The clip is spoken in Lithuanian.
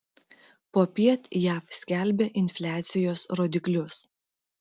popiet jav skelbia infliacijos rodiklius